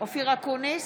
אופיר אקוניס,